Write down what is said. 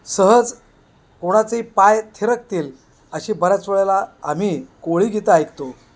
सहज कोणाचेही पाय थिरकतील अशी बऱ्याच वेळेला आम्ही कोळीगीतं ऐकतो